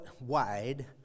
wide